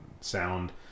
sound